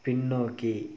பின்னோக்கி